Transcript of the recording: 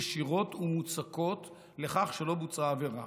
ישירות ומוצקות לכך שלא בוצעה עבירה.